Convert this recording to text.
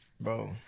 Bro